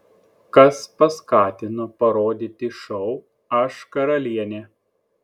kas paskatino parodyti šou aš karalienė